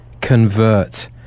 convert